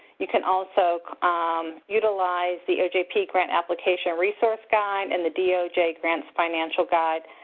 you can also utilize the ojp grant application resource guide, and the doj grants financial guide,